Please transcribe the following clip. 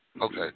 Okay